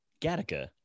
Gattaca